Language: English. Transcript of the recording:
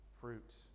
fruits